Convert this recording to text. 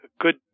good